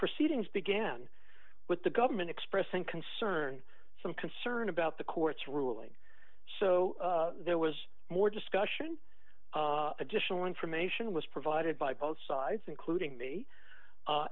proceedings began with the government expressing concern some concern about the court's ruling so there was more discussion additional information was provided by both sides including me